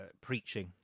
preaching